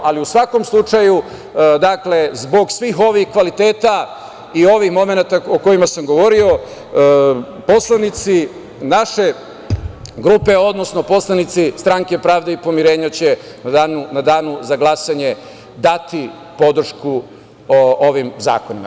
Ali, u svakom slučaju, zbog svih ovih kvaliteta i ovih momenata o kojima sam govorio, poslanici naše grupe, odnosno poslanici Stranke pravde i pomirenja će u danu za glasanje dati podršku ovim zakonima.